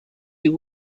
you